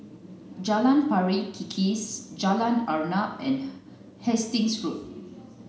Jalan Pari Kikis Jalan Arnap and Hastings Road